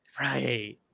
Right